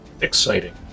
Exciting